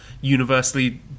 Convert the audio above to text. universally